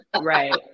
Right